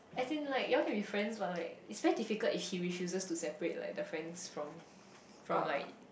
as in like you all can be friends but like it's very difficult if he refuses to separate like the friends from from like